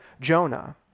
Jonah